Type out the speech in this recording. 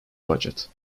budget